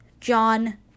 John